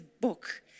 book